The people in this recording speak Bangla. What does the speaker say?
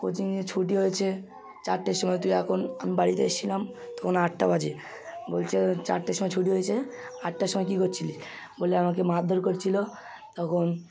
কোচিংয়ে ছুটি হয়েছে চারটের সময় তুই এখন আমি বাড়িতে এসেছিলাম তখন আটটা বাজে বলছে চারটের সময় ছুটি হয়েছে আটটার সময় কী করছিলি বলে আমাকে মারধর করছিল তখন